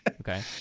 Okay